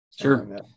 Sure